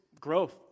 growth